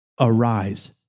Arise